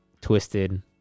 twisted